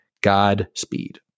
Godspeed